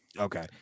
Okay